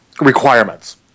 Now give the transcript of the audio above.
requirements